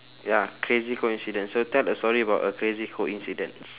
ya crazy coincidence so tell a story about a crazy coincidence